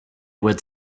would